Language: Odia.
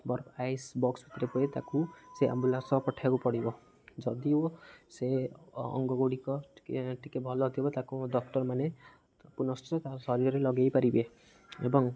ବରଫ ଆଇସ୍ ବକ୍ସ ଭିତରେ ତାକୁ ସେ ଆମ୍ବୁଲାନ୍ସରେ ପଠେଇବାକୁ ପଡ଼ିବ ଯଦିଓ ସେ ଅଙ୍ଗଗୁଡ଼ିକ ଟିକେ ଭଲଥିବ ତାକୁ ଡ଼କ୍ଟର୍ମାନେ ପୁନଃଶ୍ଚ ତା ଶରୀରରେ ଲଗେଇ ପାରିବେ ଏବଂ